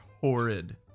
horrid